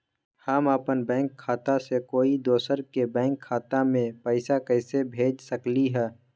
हम अपन बैंक खाता से कोई दोसर के बैंक खाता में पैसा कैसे भेज सकली ह?